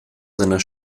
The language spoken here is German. seiner